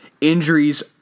Injuries